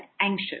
anxious